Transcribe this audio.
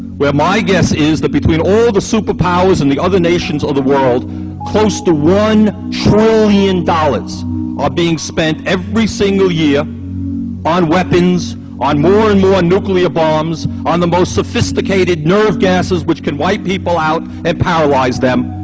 where my guess is that between all the superpowers and the other nations of the world close to one trillion dollars are being spent every single year on weapons on more and more nuclear bombs, on the most sophisticated nerve gases which can wipe people out, and paralyze them.